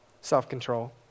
self-control